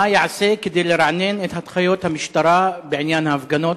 3. מה ייעשה כדי לרענן את הנחיות המשטרה בעניין ההפגנות?